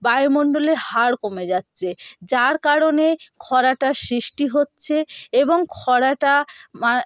বায়ুমণ্ডলে হার কমে যাচ্ছে যার কারণে খরাটার সৃষ্টি হচ্ছে এবং খরাটা মা